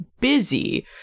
busy